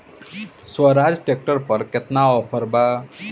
Swaraj tractor पर केतना offer बा?